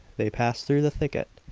they passed through the thicket,